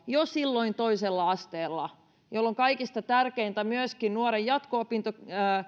jo silloin toisella asteella jolloin kaikista tärkeintä myöskin nuoren